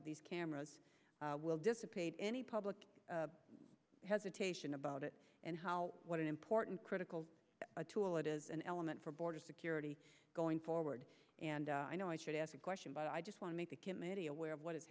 of these cameras will dissipate any public hesitation about it and how important critical a tool it is an element for border security going forward and i know i should ask a question but i just want to make the committee aware of what is